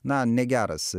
na negeras